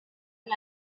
del